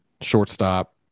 shortstop